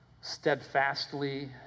steadfastly